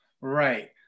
Right